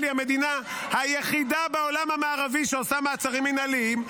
היא היחידה בעולם המערבי שעושה מעצרים מינהליים.